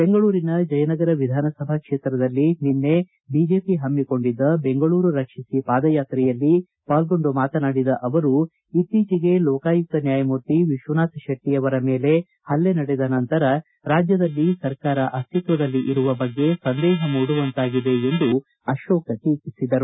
ಬೆಂಗಳೂರಿನ ಜಯನಗರ ವಿಧಾನಸಭಾ ಕ್ಷೇತ್ರದಲ್ಲಿ ನಿನ್ನೆ ಬಿಜೆಪಿ ಪಮ್ಮಿಕೊಂಡಿದ್ದ ಬೆಂಗಳೂರು ರಕ್ಷಿಸಿ ಪಾದ ಯಾತ್ರೆಯಲ್ಲಿ ಪಾಲ್ಗೊಂಡು ಮಾತನಾಡಿದ ಅವರು ಇಕ್ತೀಚೆಗೆ ಲೋಕಾಯುಕ್ತ ನ್ಯಾಯಮೂರ್ತಿ ವಿಶ್ವನಾಥ ಶೆಟ್ಟಿಯವರ ಮೇಲೆ ಪಲ್ಲೆ ನಡೆದ ನಂತರ ರಾಜ್ಯದಲ್ಲಿ ಸರ್ಕಾರ ಅಸ್ತಿತ್ವದಲ್ಲಿ ಇರುವ ಬಗ್ಗೆ ಸಂದೇಹ ಮೂಡುವಂತಾಗಿದೆ ಎಂದು ಅಶೋಕ್ ಟೀಕಿಸಿದರು